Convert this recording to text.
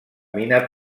mina